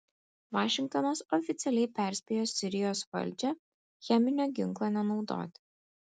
vašingtonas oficialiai perspėjo sirijos valdžią cheminio ginklo nenaudoti